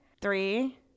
Three